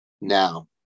now